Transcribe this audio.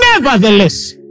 Nevertheless